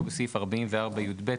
ובו במקום פסקה (4) יבוא: